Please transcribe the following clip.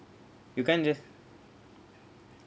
you can't just